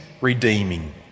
redeeming